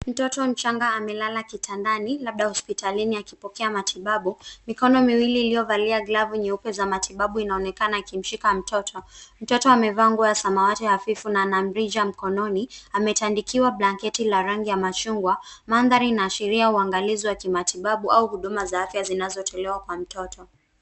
Mtoto mchanga amelala kitandani labda hospitalini akipokea matibabu. Mikono miwili iliyovalia glavu nyeupe xa matibabu inaonekana ikimshika mtoto. Mtoto amevaa nguo ya samawati hafifu na ana mrija mkononi. Ametandikiwa blanketi la rangi ya machungwa. Mandhari inaashiria uangalizi wa kimatibabu au huduma za afya zinazotolewa kwa mtoto.